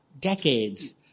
decades